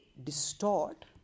distort